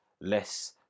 less